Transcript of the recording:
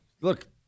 look